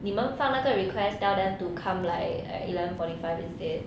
你们放那个 request tell them to come like like eleven forty five instead